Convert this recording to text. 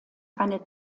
eine